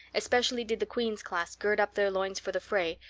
especially did the queen's class gird up their loins for the fray,